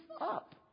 up